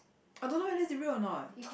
I don't know whether is it real or not